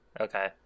Okay